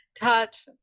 touch